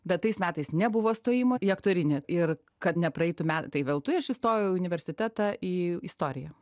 bet tais metais nebuvo stojimo į aktorinį ir kad nepraeitų metai veltui aš įstojau į universitetą į istoriją